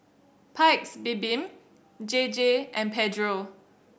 Paik's Bibim J J and Pedro